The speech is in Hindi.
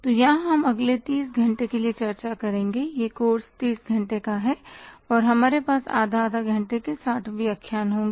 तो यहाँ हम अगले तीस घंटे के लिए चर्चा करेंगे यह कोर्स तीस घंटे का है और हमारे पास आधा आधा घंटे के 60 व्याख्यान होंगे